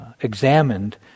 examined